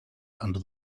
under